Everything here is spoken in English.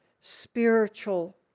spiritual